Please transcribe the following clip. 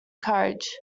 courage